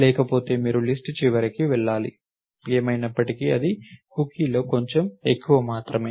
లేకపోతే మీరు లిస్ట్ చివరకి వెళ్లాలి ఏమైనప్పటికీ అది కుక్కీలో కొంచెం ఎక్కువ మాత్రమే